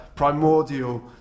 Primordial